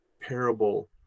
parable